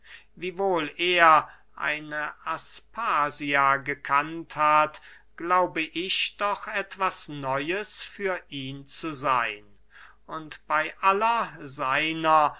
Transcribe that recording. wiewohl er eine aspasia gekannt hat glaube ich doch etwas neues für ihn zu seyn und bey aller seiner